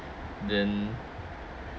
then